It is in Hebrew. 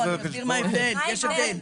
יש לו רואה חשבון --- יש הבדל.